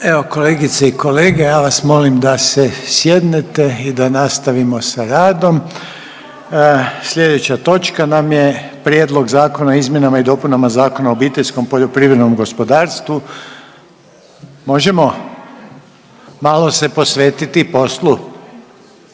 Evo kolegice i kolege, ja vas molim da se sjednete i da nastavimo sa radom. Sljedeća točka nam je Prijedlog zakona o izmjenama i dopunama Zakona o obiteljskom poljoprivrednom gospodarstvu… Možemo, malo se posvetiti poslu?